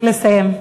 להתחיל לסיים.